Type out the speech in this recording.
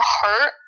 hurt